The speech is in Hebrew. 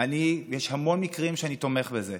יש המון מקרים שאני תומך בזה.